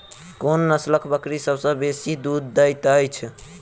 कोन नसलक बकरी सबसँ बेसी दूध देइत अछि?